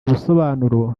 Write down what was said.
busobanuro